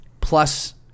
plus